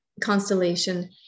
constellation